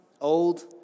old